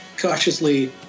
cautiously